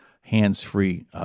hands-free